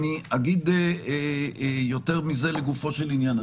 אגיד יותר מזה לגופו של עניין.